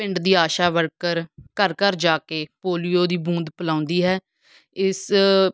ਪਿੰਡ ਦੀ ਆਸ਼ਾ ਵਰਕਰ ਘਰ ਘਰ ਜਾ ਕੇ ਪੋਲੀਓ ਦੀ ਬੂੰਦ ਪਿਲਾਉਂਦੀ ਹੈ ਇਸ